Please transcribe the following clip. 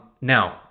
now